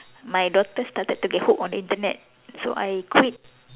my daughter started to get hooked on the Internet so I quit